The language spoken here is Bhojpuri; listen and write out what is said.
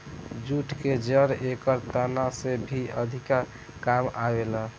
जूट के जड़ एकर तना से भी अधिका काम आवेला